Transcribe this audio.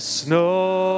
snow